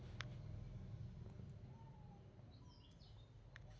ಸಸ್ಯಗಳಿಗೆ ರಕ್ಷಣೆ ನೇಡುವಂತಾ ವಸ್ತು ಆಗೇತಿ